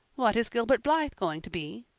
what is gilbert blythe going to be?